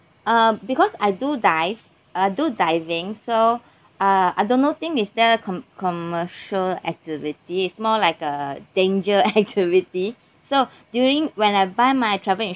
uh because I do dive uh do diving so uh I don't know thing is that com~ commercial activity it's more like a danger activity so during when I buy my travel in~